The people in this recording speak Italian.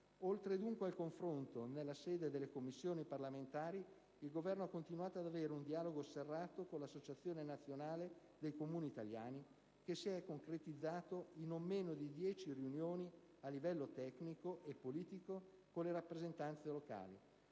Oltre, dunque, al confronto nella sede delle Commissioni parlamentari, il Governo ha continuato ad avere un dialogo serrato con l'Associazione nazionale dei Comuni italiani, che si è concretizzato in non meno di 10 riunioni a livello tecnico e politico con le rappresentanze locali.